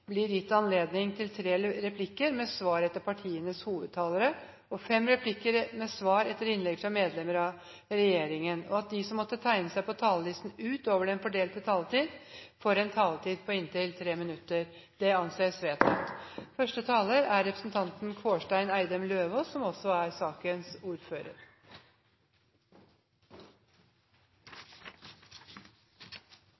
blir gitt anledning til tre replikker med svar etter partienes hovedtalere og fem replikker med svar etter innlegg fra medlemmer av regjeringen innenfor den fordelte taletid. Videre blir det foreslått at de som måtte tegne seg på talerlisten utover den fordelte taletid, får en taletid på inntil 3 minutter. – Det anses vedtatt. Familie- og kulturkomiteen har hatt Meld. St. 20 for 2013–2014 til behandling, og som